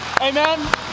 Amen